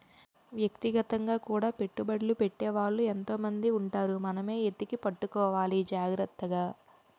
వ్యక్తిగతంగా కూడా పెట్టుబడ్లు పెట్టే వాళ్ళు ఎంతో మంది ఉంటారు మనమే ఎతికి పట్టుకోవాలి జాగ్రత్తగా